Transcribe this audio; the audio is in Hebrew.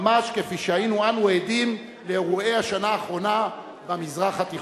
ממש כפי שהיינו אנו עדים באירועי השנה האחרונה במזרח התיכון.